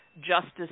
justice